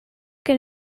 que